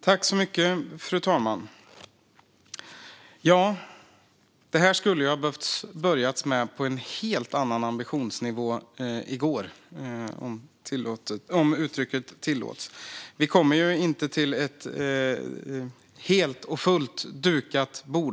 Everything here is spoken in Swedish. Fru talman! Det här skulle det ha behövt börjas med på en helt annan ambitionsnivå, i går - om uttrycket tillåts. Vi kommer inte till ett helt och fullt dukat bord.